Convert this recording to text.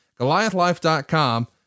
Goliathlife.com